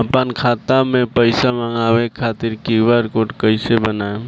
आपन खाता मे पईसा मँगवावे खातिर क्यू.आर कोड कईसे बनाएम?